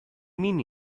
mean